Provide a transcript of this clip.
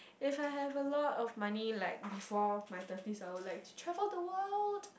if I have a lot of money like before my thirties I would like to travel the world